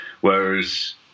whereas